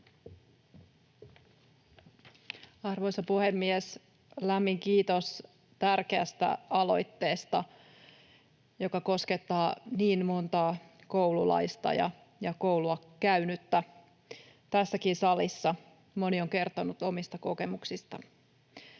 Arvoisa puhemies! Lämmin kiitos tärkeästä aloitteesta, joka koskettaa niin montaa koululaista ja koulua käynyttä. Tässäkin salissa moni on kertonut omista kokemuksista.